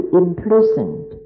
imprisoned